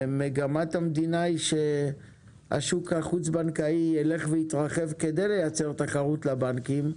מגמת המדינה שהשוק הבנקאי יתרחב כדי לייצר תחרות לבנקים,